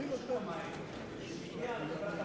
יש לי מסמך ביד של רשות המים שהגיע אל חברת המים ביבנה,